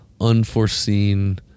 unforeseen